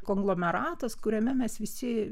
konglomeratas kuriame mes visi